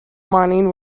mining